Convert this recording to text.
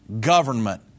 government